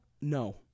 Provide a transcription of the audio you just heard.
No